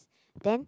then